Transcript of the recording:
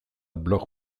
blog